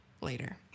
later